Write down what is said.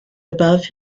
above